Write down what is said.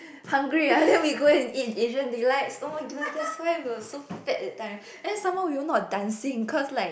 hungry ah then we go and eat Asian delights oh my goodness that's why we were so fat that time then some more we were not dancing